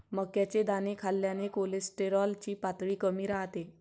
मक्याचे दाणे खाल्ल्याने कोलेस्टेरॉल ची पातळी कमी राहते